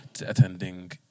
attending